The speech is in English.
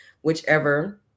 whichever